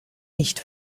nicht